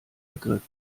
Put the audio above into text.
begriff